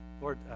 Lord